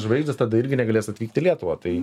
žvaigždės tada irgi negalės atvykti į lietuvą tai